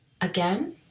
Again